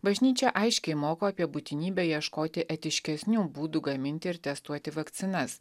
bažnyčia aiškiai moko apie būtinybę ieškoti etiškesnių būdų gaminti ir testuoti vakcinas